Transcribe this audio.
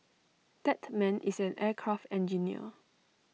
that man is an aircraft engineer